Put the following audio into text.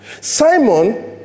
Simon